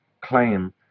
claim